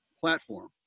platform